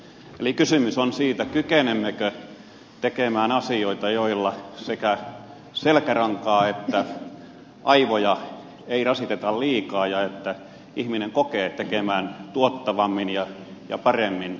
eli kysymys on siitä kykenemmekö tekemään asioita joilla selkärankaa ja aivoja ei rasiteta liikaa ja ihminen kokee tekevänsä tuottavammin ja paremmin